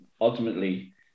ultimately